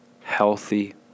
healthy